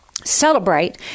Celebrate